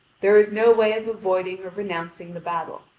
there is no way of avoiding or renouncing the battle.